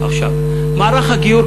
מערך הגיור,